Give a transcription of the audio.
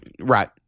right